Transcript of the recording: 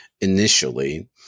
initially